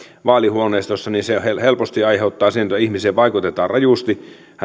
vaalihuoneistossa se helposti aiheuttaa sen että ihmiseen vaikutetaan rajusti